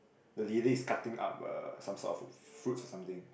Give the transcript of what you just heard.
the lady is cutting up uh some sort of fruits something